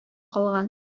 калган